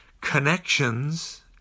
connections